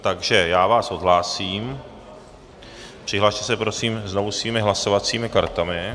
Takže vás odhlásím, přihlaste se, prosím, znovu svými hlasovacími kartami.